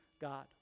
God